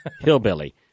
hillbilly